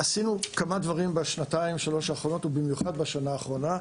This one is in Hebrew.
עשינו כמה דברים בשנתיים שלוש האחרונות ובמיוחד בשנה האחרונה.